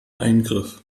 eingriff